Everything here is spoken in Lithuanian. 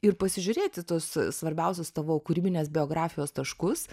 ir pasižiūrėti tuos svarbiausius tavo kūrybinės biografijos taškus